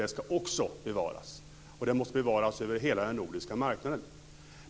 Det ska också bevaras, och det måste bevaras över hela den nordiska marknaden.